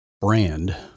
brand